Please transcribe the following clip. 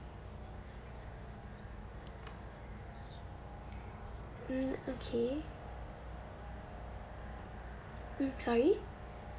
mm okay mm sorry